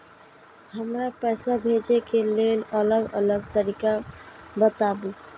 हमरा पैसा भेजै के लेल अलग अलग तरीका बताबु?